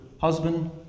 husband